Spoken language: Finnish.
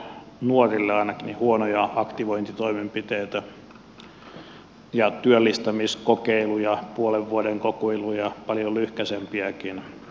jo vuosia on ollut nuorille ainakin huonoja aktivointitoimenpiteitä ja työllistämiskokeiluja puolen vuoden kokeiluja paljon lyhkäisempiäkin